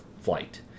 flight